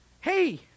Hey